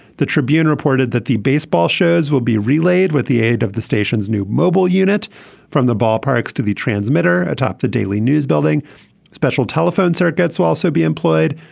the tribune reported that the baseball shows will be relayed with the aid of the station's new mobile unit from the ballparks to the transmitter atop the daily news building special telephone circuits while so be employed.